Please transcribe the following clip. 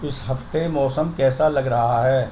اس ہفتے موسم کیسا لگ رہا ہے